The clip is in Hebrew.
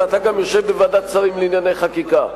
ואתה גם יושב בוועדת שרים לענייני חקיקה.